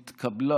נתקבל.